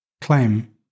claim